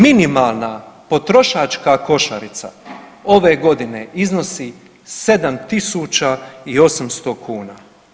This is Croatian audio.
Minimalna potrošačka košarica ove godine iznosi 7800 kuna.